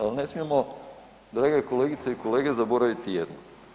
Ali ne smijemo drage kolegice i kolege zaboraviti jedno.